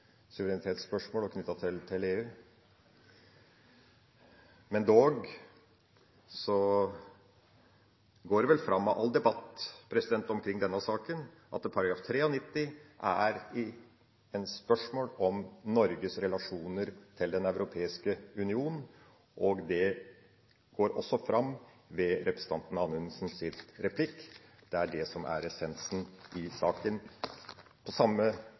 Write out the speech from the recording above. suverenitetsspørsmål – og knyttet til EU. Dog går det vel fram av all debatt omkring denne saken at § 93 er et spørsmål om Norges relasjoner til Den europeiske union. Det går også fram av representanten Anundsens replikk – det er det som er essensen i saken,